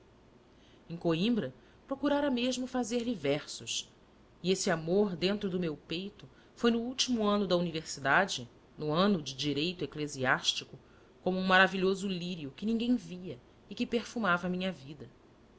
em coimbra procurara mesmo fazer-lhe versos e esse amor dentro do meu peito foi no último ano de universidade no ano de direito eclesiástico como um maravilhoso lírio que ninguém via e que perfumava a minha vida